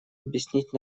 объяснить